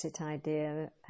idea